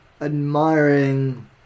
Admiring